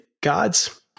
God's